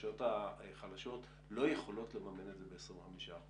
כשהרשויות החלשות לא יכולות לממן את זה ב-25%,